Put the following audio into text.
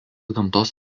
gamtos